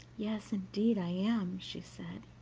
yes, indeed, i am, she said.